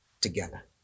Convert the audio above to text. together